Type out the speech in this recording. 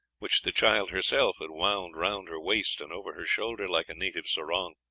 which the child herself had wound round her waist and over her shoulder like a native sarong.